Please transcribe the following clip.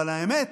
אבל האמת,